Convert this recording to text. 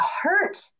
hurt